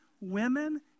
Women